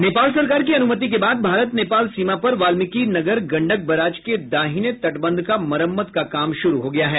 नेपाल सरकार की अनुमति के बाद भारत नेपाल सीमा पर वाल्मिकी नगर गंडक बराज के दाहिने तटबंध का मरम्मत कार्य शुरू हो गया है